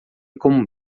como